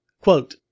Quote